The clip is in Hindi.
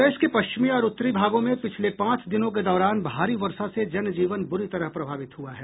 प्रदेश के पश्चिमी और उत्तरी भागों में पिछले पांच दिनों के दौरान भारी वर्षा से जनजीवन बुरी तरह प्रभावित हुआ है